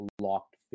locked